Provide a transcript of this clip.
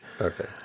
Okay